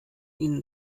ihnen